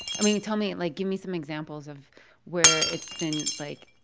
i mean, tell me like, give me some examples of where it's been, like,